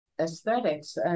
aesthetics